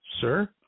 sir